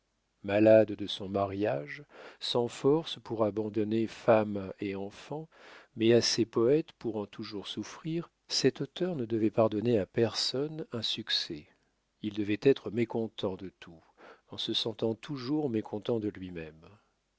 malade de son mariage sans force pour abandonner femme et enfants mais assez poète pour en toujours souffrir cet auteur ne devait pardonner à personne un succès il devait être mécontent de tout en se sentant toujours mécontent de lui-même